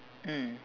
mm